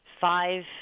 five